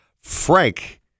Frank